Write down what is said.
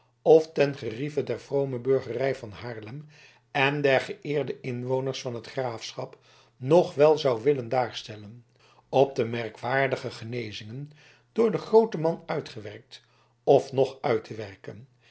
f ten gerieve der vrome burgerij van haarlem en der geëerde inwoners van het graafschap nog wel zou willen daarstellen op de merkwaardige genezingen door den grooten man uitgewerkt of nog uit te werken